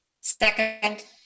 Second